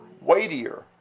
Weightier